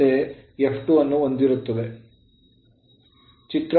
ನಂತೆ f2 ಅನ್ನು ಹೊಂದಿರುತ್ತದೆ